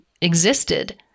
existed